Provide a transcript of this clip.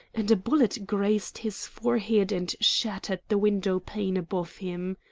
and a bullet grazed his forehead and shattered the window-pane above him.